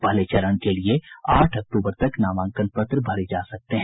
पहले चरण के लिए आठ अक्टूबर तक नामांकन पत्र भरे जा सकते हैं